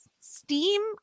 steam